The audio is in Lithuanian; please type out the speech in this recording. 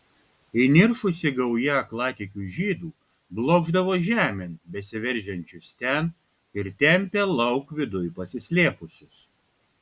įniršusi gauja aklatikių žydų blokšdavo žemėn besiveržiančius ten ir tempė lauk viduj pasislėpusius